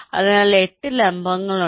അതിനാൽ 8 ലംബങ്ങളുണ്ട്